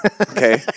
okay